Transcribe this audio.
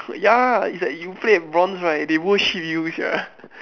ya it's like you play bronze right they worship you sia